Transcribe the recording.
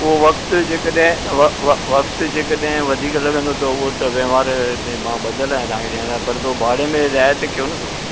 उहो वक़्तु जेकॾहिं वक़्तु जेकॾहिं वधीक लॻंदो त उहो त व्यवहार में मां ॿधल आहियां तव्हांखे ॾियण लाइ पर पोइ भाड़े में रियायत कयो न थोरी